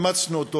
אימצנו אותו,